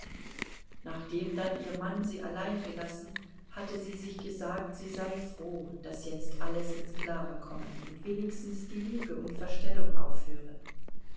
nachdem dann ihr mann sie allein gelassen hatte sie sich gesagt sie sei froh daß jetzt alles ins klare komme und wenigstens die lüge und verstellung aufhöre